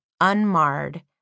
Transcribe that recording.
unmarred